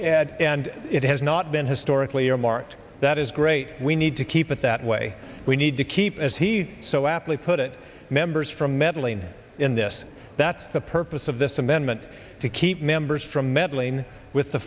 here and it has not been historically remarked that is great we need to keep it that way we need to keep as he so aptly put it members from meddling in this that the purpose of this amendment to keep members from meddling with the